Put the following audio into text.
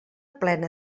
plena